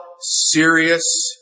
serious